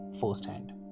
firsthand